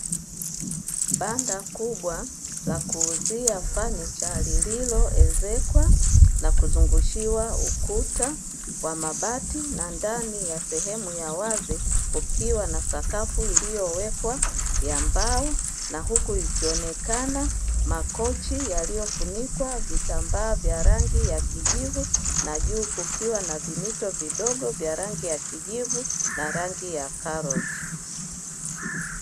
Banda kubwa la kuuzia fanicha lililoezekwa na kuzungushiwa ukuta wa mabati na ndani ya sehemu ya wazi kukiwa na sakafu iliyowekwa ya mbao. Na huku ikionekana makochi yaliyofunikwa vitambaa vya rangi ya kijivu na juu kukiwa na vimito vidogo vya rangi ya kijivu na rangi ya karoti.